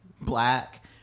black